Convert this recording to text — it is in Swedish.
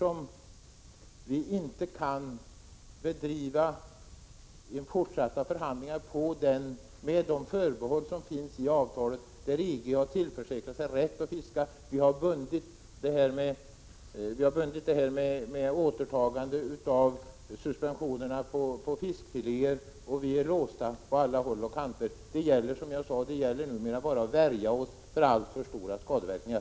Vi kan inte bedriva fortsatta förhandlingar med de förbehåll som finns i avtalet där EG har tillförsäkrat sig rätt till fiske. Vi har bundit detta med återtagande av suspensionerna på fiskfiléer, och vi är låsta på alla håll och kanter. Det gäller numera bara att värja sig gentemot alltför stora skadeverkningar.